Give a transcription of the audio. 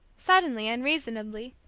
suddenly, unreasonably,